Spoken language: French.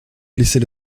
glisser